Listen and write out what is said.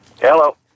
Hello